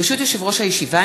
ברשות יושב-ראש הישיבה,